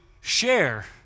share